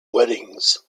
weddings